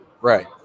Right